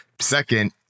Second